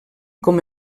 com